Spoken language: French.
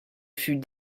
fut